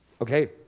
okay